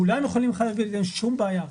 כולם יכולים, אין שום בעיה.